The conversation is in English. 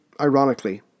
ironically